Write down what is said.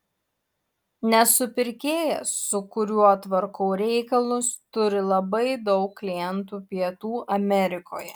nes supirkėjas su kuriuo tvarkau reikalus turi labai daug klientų pietų amerikoje